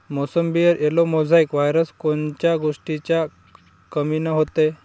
मोसंबीवर yellow mosaic virus कोन्या गोष्टीच्या कमीनं होते?